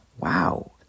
wow